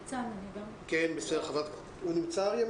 אשמח אם גם השלטון המקומי יצטרף אלינו לקריאה להחזיר